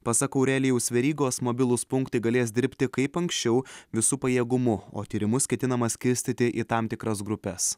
pasak aurelijaus verygos mobilūs punktai galės dirbti kaip anksčiau visu pajėgumu o tyrimus ketinama skirstyti į tam tikras grupes